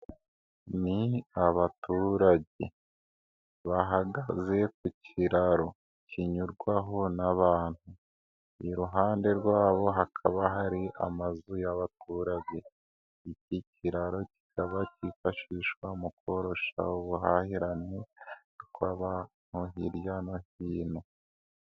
Ni abaturage, bahagaze ku kiraro kinyurwaho n'abantu, iruhande rwabo hakaba hari amazu y'abaturage, iki kiraro kikaba cyifashishwa mu koroshya ubuhahirane bw'aba hirya no hino.